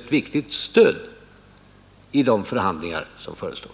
ett viktigt stöd i de förhandlingar som förestår.